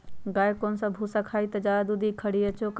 गाय कौन सा भूसा खाई त ज्यादा दूध दी खरी या चोकर?